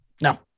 No